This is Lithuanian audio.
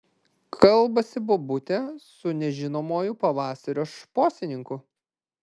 kalbasi bobutė su nežinomuoju pavasario šposininku